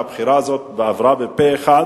והבחירה הזאת עברה פה-אחד,